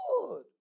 Good